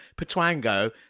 Petwango